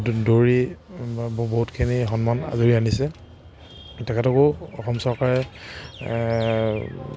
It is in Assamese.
দৌৰি বা বহুতখিনি সন্মান আঁজুৰি আনিছে তেখেতকো অসম চৰকাৰে